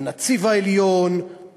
הנציב העליון,